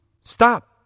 Stop